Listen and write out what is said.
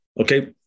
Okay